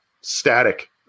static